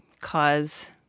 cause